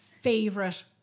favorite